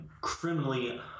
criminally